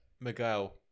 Miguel